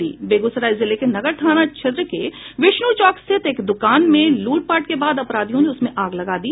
बेगूसराय जिले के नगर थाना क्षेत्र के विष्णु चौक स्थित एक दुकान में लूटपाट के बाद अपराधियों ने उसमें आग लगा दी